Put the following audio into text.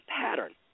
pattern